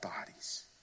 bodies